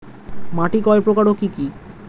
মাটি কয় প্রকার ও কি কি?